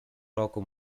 roku